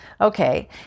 Okay